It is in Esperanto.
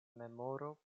memoro